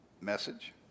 message